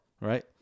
right